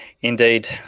indeed